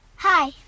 Hi